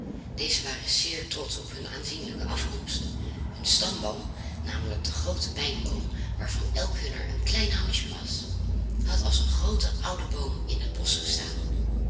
deze waren zeer trotsch op hun aanzienlijke afkomst hun stamboom namelijk de groote pijnboom waarvan elk hunner een klein houtje was had als een groote oude boom in het bosch gestaan